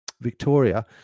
victoria